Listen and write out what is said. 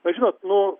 tai žinot nu